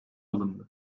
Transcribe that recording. alındı